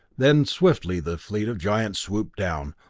then swiftly the fleet of giants swooped down,